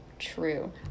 True